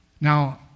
Now